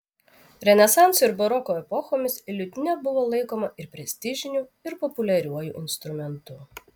renesanso ir baroko epochomis liutnia buvo laikoma ir prestižiniu ir populiariuoju instrumentu